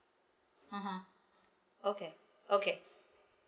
(uh huh) okay okay